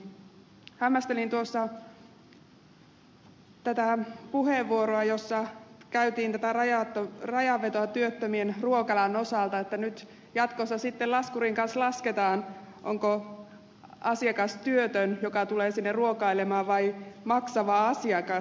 hämmästelin tuossa tätä puheenvuoroa jossa käytiin tätä rajanvetoa työttömien ruokalan osalta että nyt jatkossa sitten laskurin kanssa lasketaan onko se asiakas työtön joka tulee sinne ruokailemaan vai maksava asiakas